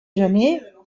gener